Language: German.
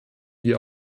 wir